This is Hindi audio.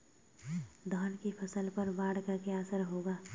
धान की फसल पर बाढ़ का क्या असर होगा?